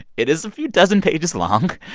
it is a few dozen pages long.